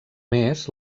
més